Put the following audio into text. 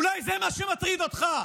אולי זה מה שמטריד אותך.